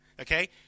Okay